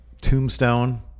tombstone